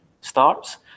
starts